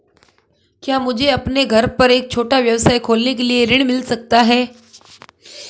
क्या मुझे अपने घर पर एक छोटा व्यवसाय खोलने के लिए ऋण मिल सकता है?